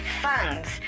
funds